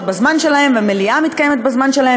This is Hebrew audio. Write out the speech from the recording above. בזמן שלהן ומליאה מתקיימת בזמן שלה,